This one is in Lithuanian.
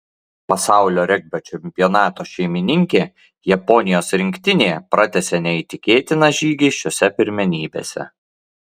pasaulio regbio čempionato šeimininkė japonijos rinktinė pratęsė neįtikėtiną žygį šiose pirmenybėse